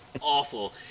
awful